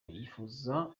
yifuza